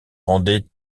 rendaient